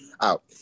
out